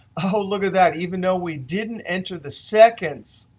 oh, look at that. even though we didn't enter the seconds,